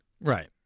Right